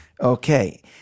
Okay